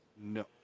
no